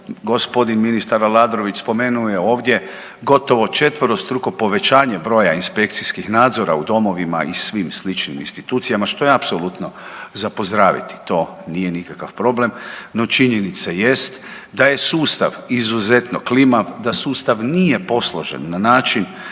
Gospodin ministar Aladrović spomenuo je ovdje gotovo četverostruko povećanje broja inspekcijskih nadzora u domovima i svim sličnim institucijama što je apsolutno za pozdraviti, to nije nikakav problem, no činjenica jest da je sustav izuzetno klimav, da sustav nije posložen na način